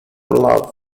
love